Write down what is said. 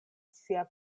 sia